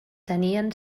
tenien